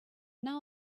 now